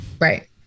Right